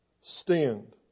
stand